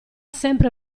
sempre